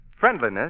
Friendliness